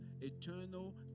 eternal